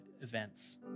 events